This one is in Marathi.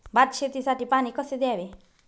भात शेतीसाठी पाणी कसे द्यावे?